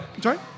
Sorry